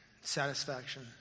satisfaction